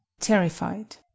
terrified